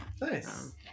nice